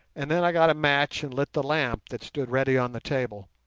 and then i got a match and lit the lamp that stood ready on the table,